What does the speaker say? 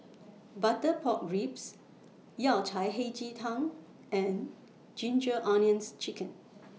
Butter Pork Ribs Yao Cai Hei Ji Tang and Ginger Onions Chicken